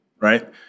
right